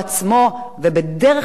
כמו שקורה בדרך כלל,